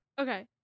Okay